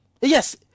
yes